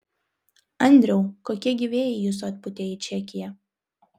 andriau kokie gi vėjai jus atpūtė į čekiją